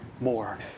more